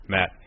Matt